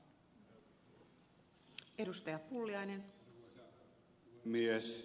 arvoisa puhemies